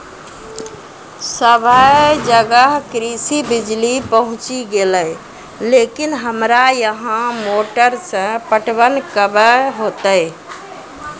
सबे जगह कृषि बिज़ली पहुंची गेलै लेकिन हमरा यहाँ मोटर से पटवन कबे होतय?